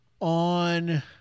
on